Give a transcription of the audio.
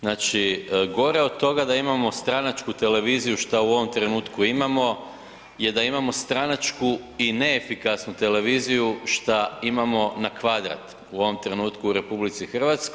Znači gore od toga da imamo stranačku televiziju šta u ovom trenutku imamo je da imamo stranačku i neefikasnu televiziju šta imamo na kvadrat u ovom trenutku u RH.